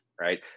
right